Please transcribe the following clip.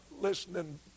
listening